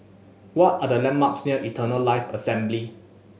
what are the landmarks near Eternal Life Assembly